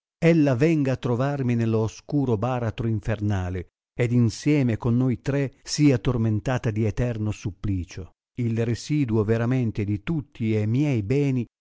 ella venga a trovarmi nello oscuro baratro infernale ed insieme con noi tre sia tormentata di eterno supplicio il residuo veramente di tutti e miei beni